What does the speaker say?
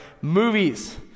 movies